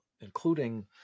including